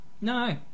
No